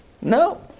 No